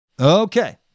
Okay